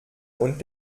und